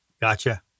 Gotcha